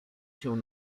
się